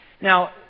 Now